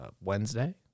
wednesday